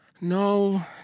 No